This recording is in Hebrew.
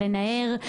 לנער,